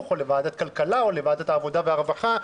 או לוועדת כלכלה או לוועדת העבודה והרווחה.